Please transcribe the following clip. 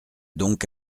donc